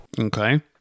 Okay